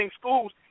schools